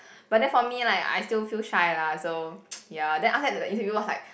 but then for me like I still feel shy lah so ya then after that the interviewer was like